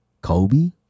Kobe